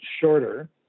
shorter